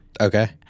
Okay